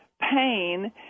pain